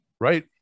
Right